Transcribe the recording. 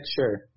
Sure